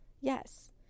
yes